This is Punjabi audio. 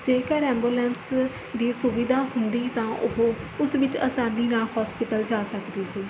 ਜੇਕਰ ਐਂਬੂਲੈਂਸ ਦੀ ਸੁਵਿਧਾ ਹੁੰਦੀ ਤਾਂ ਉਹ ਉਸ ਵਿੱਚ ਅਸਾਨੀ ਨਾਲ਼ ਹੋਸਪੀਟਲ ਜਾ ਸਕਦੀ ਸੀ